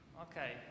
Okay